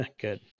Good